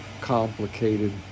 complicated